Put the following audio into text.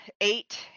eight